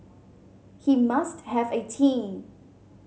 he must have a team